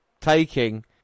taking